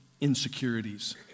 insecurities